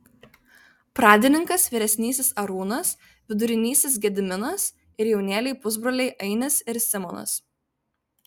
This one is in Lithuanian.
pradininkas vyresnysis arūnas vidurinysis gediminas ir jaunėliai pusbroliai ainis ir simonas